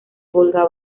volga